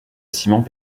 ciment